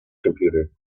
computer